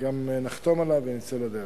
נחתום עליו ונצא לדרך.